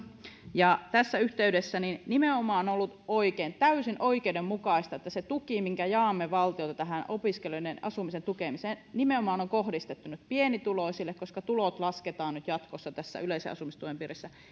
tässä yhteydessä on nimenomaan ollut oikein täysin oikeudenmukaista että se tuki minkä jaamme valtiolta tähän opiskelijoiden asumisen tukemiseen on nimenomaan kohdistettu nyt pienituloisille koska tulot lasketaan nyt jatkossa tässä yleisen asumistuen piirissä on oikein